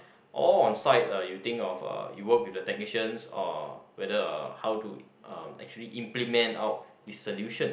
or on site uh you think of uh you work with the technicians or whether how to uh actually implement out the solution